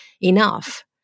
enough